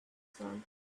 sun